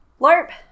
LARP